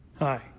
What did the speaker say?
Hi